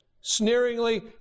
sneeringly